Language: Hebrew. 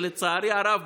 לצערי הרב,